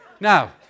Now